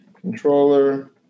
controller